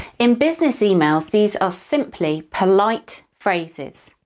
in business emails, these are simply polite phrases,